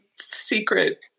secret